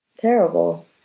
terrible